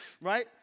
right